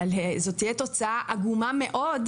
אבל זאת תהיה תוצאה עגומה מאוד,